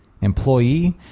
employee